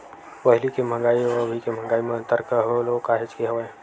पहिली के मंहगाई अउ अभी के मंहगाई म अंतर घलो काहेच के हवय